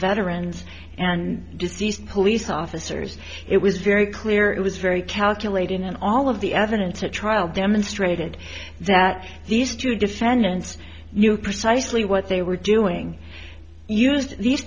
veterans and deceased police officers it was very clear it was very calculating and all of the evidence at trial demonstrated that these two defendants you criticise lee what they were doing used these